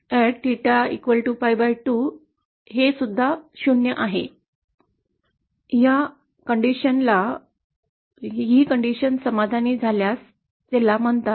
या अवस्थेला समाधानी असणार्या अवस्थेला जास्तीत जास्त सपाट स्थिती म्हणतात